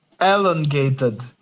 elongated